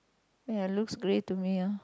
ya looks grey to me ah